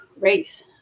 race